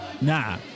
Nah